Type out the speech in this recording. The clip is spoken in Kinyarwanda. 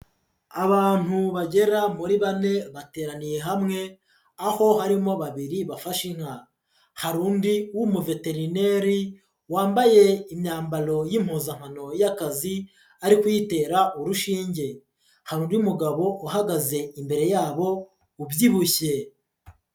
Abantu bagera muri bane bateraniye hamwe; aho arimo babiri bafashe inka, hari undi w'umuveterineri wambaye imyambaro y'impuzankano y'akazi ari kuyitera urushinge. Hari undi mugabo uhagaze imbere yabo ubyibushye.